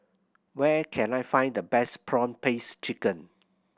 where can I find the best prawn paste chicken